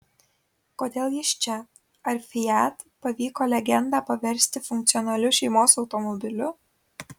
kodėl jis čia ar fiat pavyko legendą paversti funkcionaliu šeimos automobiliu